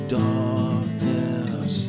darkness